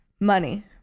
Money